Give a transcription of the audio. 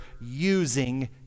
using